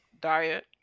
diet